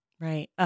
Right